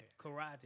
Karate